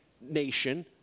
nation